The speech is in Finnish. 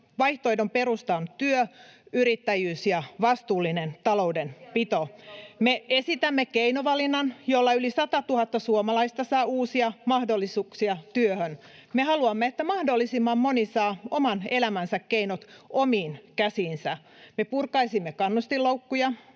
vaihtoehdon perusta on työ, yrittäjyys ja vastuullinen taloudenpito. [Pia Viitanen: On miljardileikkaus köyhiltä!] Me esitämme keinovalikoiman, jolla yli 100 000 suomalaista saa uusia mahdollisuuksia työhön. Me haluamme, että mahdollisimman moni saa oman elämänsä keinot omiin käsiinsä. Me purkaisimme kannustinloukkuja,